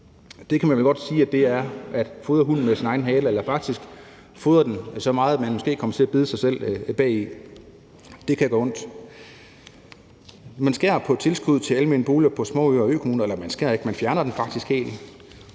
Det kan man vel godt sige er at fodre hunden med dens egen hale eller faktisk fodre den så meget, at den måske kommer til at bide sig selv bagi. Det kan gøre ondt. Man skærer i tilskuddet til almene boliger på småøer og i økommuner – eller rettere: man skærer ikke, man fjerner det faktisk helt.